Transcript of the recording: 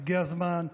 והגיע הזמן.